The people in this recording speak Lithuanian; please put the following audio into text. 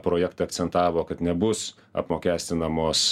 projektą akcentavo kad nebus apmokestinamos